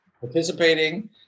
participating